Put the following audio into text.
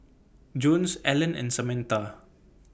Jones Alan and Samatha